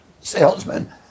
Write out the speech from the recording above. salesman